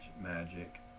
magic